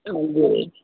ਹਾਂਜੀ